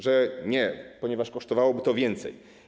Że nie, ponieważ kosztowałoby to więcej.